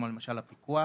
כמו למשל הפיקוח.